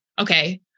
okay